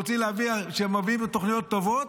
שמביאים לו תוכניות טובות,